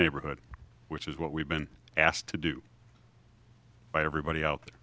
neighborhood which is what we've been asked to do by everybody out there